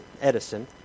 Edison